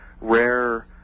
rare